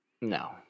No